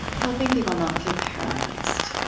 helping people not feel paralyzed.